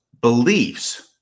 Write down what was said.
beliefs